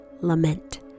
lament